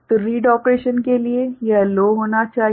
तो read operation के लिए यह लो होना चाहिए